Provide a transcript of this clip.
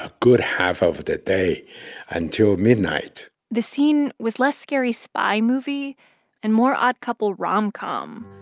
ah good half of the day until midnight the scene was less scary spy movie and more odd couple rom-com.